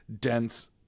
dense